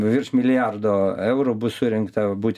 virš milijardo eurų bus surinkta būt